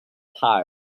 tyre